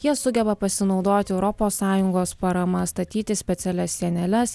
jie sugeba pasinaudoti europos sąjungos parama statyti specialias sieneles